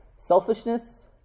Selfishness